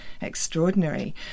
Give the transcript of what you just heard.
extraordinary